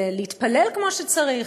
להתפלל כמו שצריך.